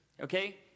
Okay